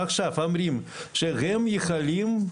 עכשיו אומרים שהם יכולים,